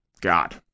God